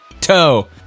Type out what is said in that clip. toe